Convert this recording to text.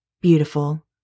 Beautiful